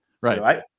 Right